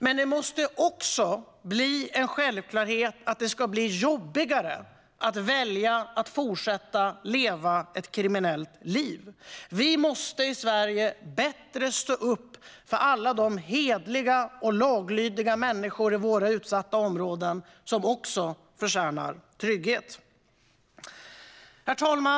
Men det måste också bli en självklarhet att det ska bli jobbigare att välja att fortsätta att leva ett kriminellt liv. Vi måste i Sverige bättre stå upp för alla de hederliga och laglydiga människor i våra utsatta områden som också förtjänar trygghet. Herr talman!